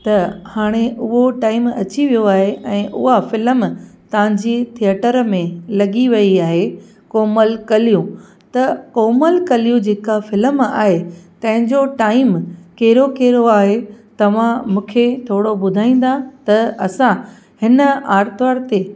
त हाणे उहो टाइम अची वियो आहे ऐं हुअ फ़िल्म तव्हांजी थिएटर में लॻी वई आहे कोमल कलियूं त कोमल कलियूं जेका फ़िल्म आहे तंहिं जो टाइम कहिड़ो कहिड़ो आहे तव्हां मूंखे थोरो ॿुधाईंदा त असां हिन आरतवार ते